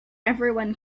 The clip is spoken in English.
everyone